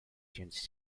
changed